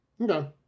Okay